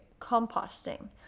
composting